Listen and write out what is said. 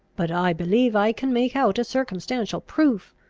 but i believe i can make out a circumstantial proof,